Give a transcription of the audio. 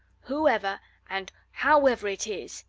whoever and however it is,